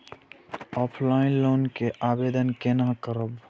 Offline loan के आवेदन केना करब?